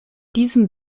diesem